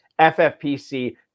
FFPC